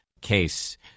case